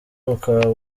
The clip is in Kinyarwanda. bukaba